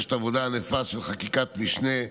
נדרשת עבודה ענפה של חקיקת משנה,